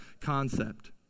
concept